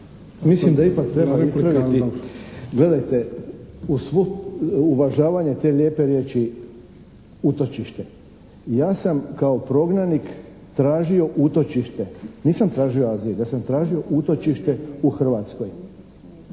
Mislim da ipak treba ispravljati. Gledajte, uz svo uvažavanje te lijepe riječi "utočište" ja sam kao prognanik tražio utočište, nisam tražio azil, ja sam tražio utočište u Hrvatskoj.